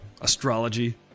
astrology